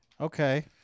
Okay